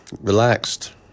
relaxed